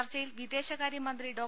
ചർച്ചയിൽ വിദേശകാര്യ മന്ത്രി ഡോ